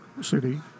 City